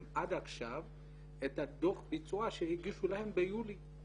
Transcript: עד עכשיו את הדוח ביצוע שהגישו להם ביולי?